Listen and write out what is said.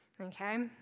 Okay